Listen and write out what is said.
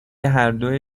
هردو